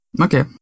Okay